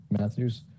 Matthews